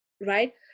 right